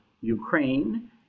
Ukraine